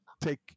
take